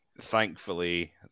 Thankfully